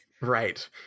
right